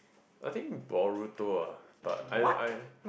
I think Baruto ah but I I